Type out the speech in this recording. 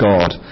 God